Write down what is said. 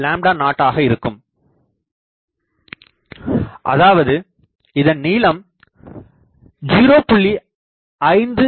45 0 ஆக இருக்கும் அதாவது இதன் நீளம் 0